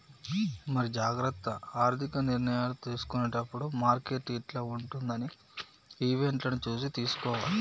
మరి జాగ్రత్త ఆర్థిక నిర్ణయాలు తీసుకునేటప్పుడు మార్కెట్ యిట్ల ఉంటదని ఈవెంట్లను చూసి తీసుకోవాలి